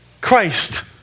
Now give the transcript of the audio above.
Christ